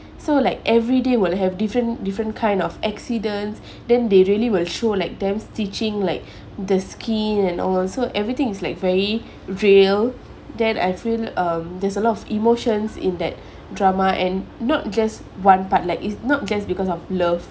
so like everyday will have different different kind of accidents then they really will show like them stitching like the skin and all so everything is like very real that I feel um there's a lot of emotions in that drama and not just one part like it's not just because of love